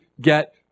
get